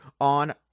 on